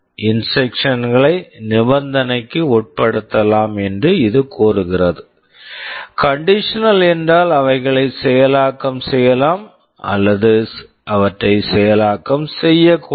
instructions instructions களை நிபந்தனைகளுக்கு உட்படுத்தலாம் என்று இது கூறுகிறது கண்டிஷனல் conditional என்றால் அவைகளை செயலாக்கம் செய்யலாம் அல்லது அவற்றை செயலாக்கம் செய்யக்கூடாது